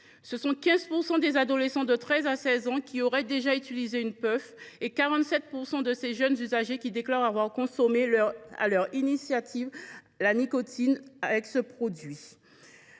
jeunes : 15 % des adolescents de 13 à 16 ans auraient déjà utilisé une puff, et 47 % de ces jeunes usagers déclarent avoir commencé leur initiation à la nicotine avec ce produit.